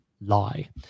lie